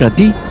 the